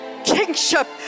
kingship